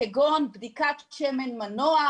כגון בדיקת שמן מנוע,